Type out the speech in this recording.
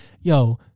yo